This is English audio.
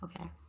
okay